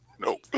Nope